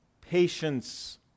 patience